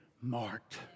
marked